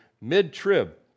mid-trib